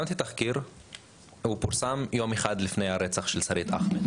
כתבתי תחקיר שפורסם יום לפני הרצח של שרית אחמד,